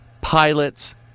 pilots